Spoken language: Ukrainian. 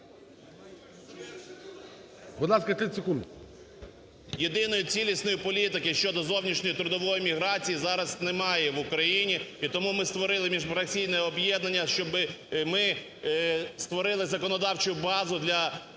Єдиної цілісної політики щодо зовнішньої трудової міграції зараз немає в Україні. І тому ми створили міжфракційне об'єднання, щоби… ми створили законодавчу базу для